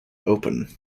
open